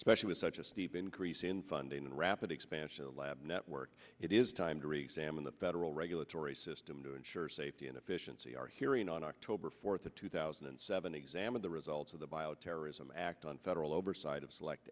especially with such a steep increase in funding and rapid expansion of lab networks it is time to resemble the federal regulatory system to ensure safety and efficiency are hearing on october fourth of two thousand and seven examine the results of the bioterrorism act on federal oversight of select